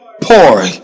Pour